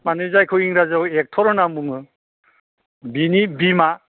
माने जायखौ इंराजियाव एक्ट'र होन्ना बुङो बिनि बिमा